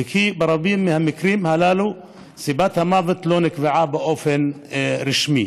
וברבים מהמקרים הללו סיבת המוות לא נקבעה באופן רשמי.